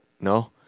no